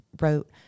wrote